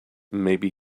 maybe